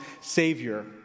Savior